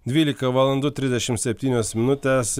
dvylika valandų trisdešimt septynios minutės